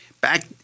back